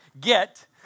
get